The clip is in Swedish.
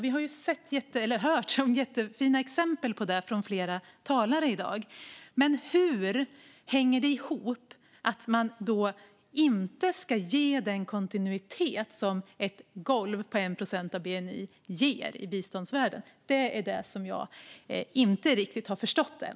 Vi har hört jättefina exempel på det från flera talare i dag. Men hur hänger det ihop med att man då inte ska ge den kontinuitet som ett golv på 1 procent av bni ger i biståndsvärlden? Det är det som jag inte riktigt har förstått än.